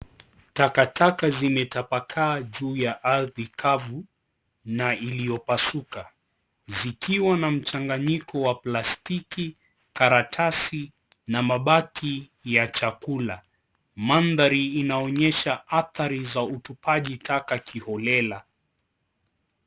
Takataka zimetapakaa juu ya ardhi kavu na iliopasuka. Zikiwa na mchanganyiko wa plastiki, karatasi na mabaki ya chakula. Mandhari inaonyesha athari za utupaji taka kiholela.